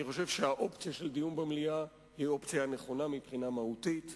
אני חושב שהאופציה של דיון במליאה היא האופציה הנכונה מבחינה מהותית,